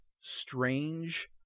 strange